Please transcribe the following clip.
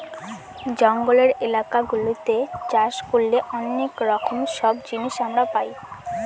জঙ্গলের এলাকা গুলাতে চাষ করলে অনেক রকম সব জিনিস আমরা পাই